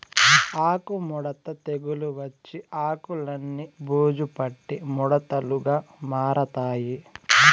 ఆకు ముడత తెగులు వచ్చి ఆకులన్ని బూజు పట్టి ముడతలుగా మారతాయి